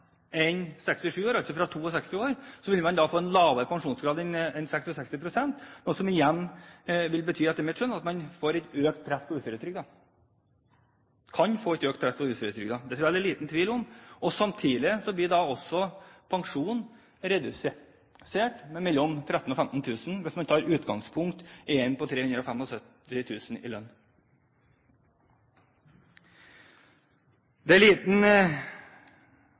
enn ved 67 år, altså fra 62 år, vil få en lavere pensjonsgrad enn 66 pst., noe som etter mitt skjønn igjen vil bety at man kan få et økt press på uføretrygden. Det tror jeg det er liten tvil om. Samtidig blir pensjonen redusert med 13 000–15 000 kr, hvis man tar utgangspunkt i en lønn på 375 000 kr. Det er liten